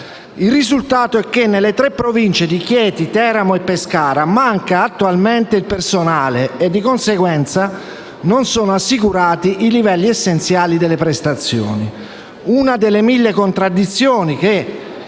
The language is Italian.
Il risultato è che nelle tre province di Chieti, Teramo e Pescara manca attualmente il personale e di conseguenza non sono assicurati i livelli essenziali delle prestazioni: una delle mille contraddizioni che,